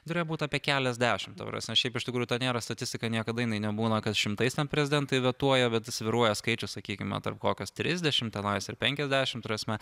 turėjo būt apie keliasdešimt ta prasme šiaip iš tikrųjų to nėra statistika niekada jinai nebūna kad šimtais ten prezidentai vetuoja bet svyruoja skaičius sakykime tarp kokias trisdešimt tenais ar penkiasdešimt prasme